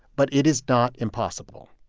but it is not impossible.